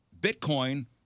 Bitcoin